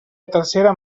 tercera